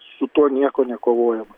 su tuo nieko nekovojama